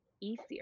easier